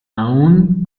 aun